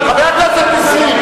חבר הכנסת נסים,